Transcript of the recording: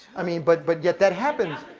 i mean, but but yet that happens,